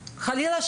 חלילה,